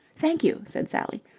thank you, said sally.